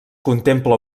contempla